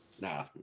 Nah